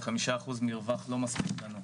מישהו שולח אותם אלינו.